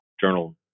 journal